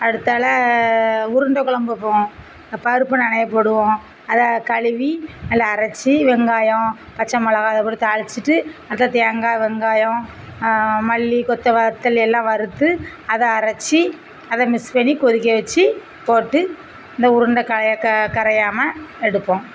அடுத்தாபுல உருண்டை கொழம்பு வைப்போம் பருப்பு நெறையா போடுவோம் அதை கழுவி நல்லா அரைச்சி வெங்காயம் பச்சை மொளகாய் அதை போட்டு தாளித்துட்டு அடுத்து தேங்காய் வெங்காயம் மல்லி கொத்தவத்தல் எல்லாம் வறுத்து அதை அரைச்சி அதை மிக்ஸ் பண்ணி கொதிக்க வச்சு போட்டு இந்த உருண்டை கயே க கரையாம எடுப்போம்